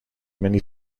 many